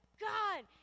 God